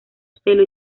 celo